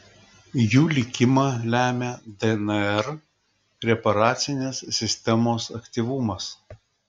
jų likimą lemia dnr reparacinės sistemos aktyvumas